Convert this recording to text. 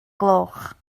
gloch